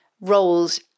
roles